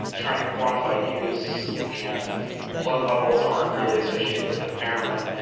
trying to quantify use. and blood levels aren't really associated with impairment.